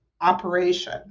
operation